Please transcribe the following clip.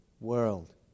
world